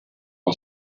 par